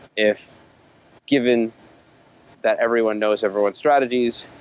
if given that everyone knows everyone's strategies,